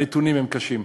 הנתונים קשים.